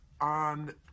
on